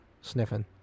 sniffing